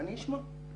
אני אשמע.